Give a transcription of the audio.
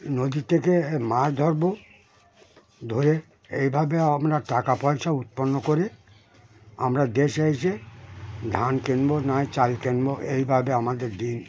নদী থেকে মাছ ধরব ধরে এইভাবে আমরা টাকা পয়সা উৎপন্ন করে আমরা দেশে এসে ধান কিনবো নয় চাল কিনবো এইভাবে আমাদের দিন